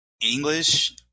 English